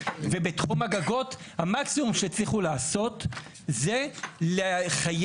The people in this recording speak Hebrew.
13:31) ובתחום הגגות המקסימום שהצליחו לעשות זה לחייב